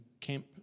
Camp